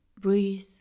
Breathe